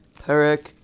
Perek